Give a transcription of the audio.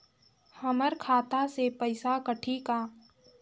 हमर खाता से पइसा कठी का?